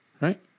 right